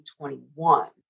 2021